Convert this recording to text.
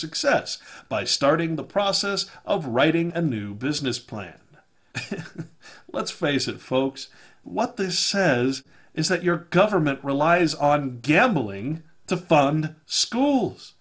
success by starting the process of writing a new business plan let's face it folks what this says is that your government relies on gambling to fund schools